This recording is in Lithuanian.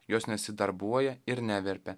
jos nesidarbuoja ir neverpia